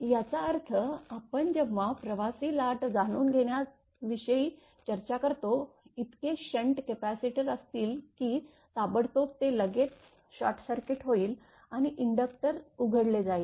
याचा अर्थ आपण जेव्हा प्रवासी लाट जाणून घेण्या विषयी चर्चा करतो इतके shunt कपॅसिटर असतील की ताबडतोब ते लगेच शॉर्टसर्किट होईल आणि इन्डक्टर उघडले जाईल